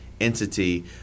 entity